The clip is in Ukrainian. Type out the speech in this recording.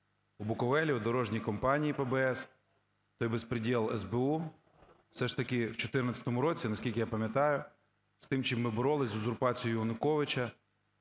у Буковелі у дорожній компанії ПБС, той бєзпрєдєл СБУ. Все ж таки в 14-му році, наскільки я пам'ятаю, з тим, з чим ми боролися, з узурпацією Януковича,